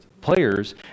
players